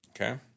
Okay